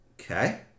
Okay